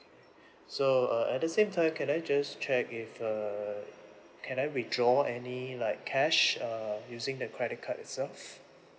so err at the same time can I just check if err can I withdraw any like cash uh using the credit card itself